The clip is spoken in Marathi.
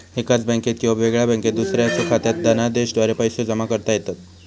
एकाच बँकात किंवा वेगळ्या बँकात दुसऱ्याच्यो खात्यात धनादेशाद्वारा पैसो जमा करता येतत